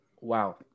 wow